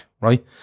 right